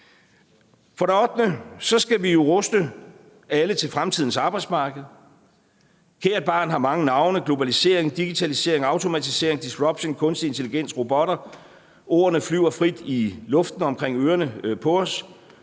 For det ottende skal vi jo ruste alle til fremtidens arbejdsmarked. Kært barn har mange navne: globalisering, digitalisering, automatisering, disruption, kunstig intelligens, robotter. Ordene flyver frit i luften om ørerne på os,